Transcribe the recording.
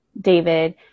David